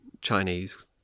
Chinese